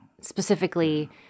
specifically